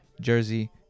jersey